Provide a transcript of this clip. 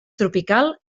tropical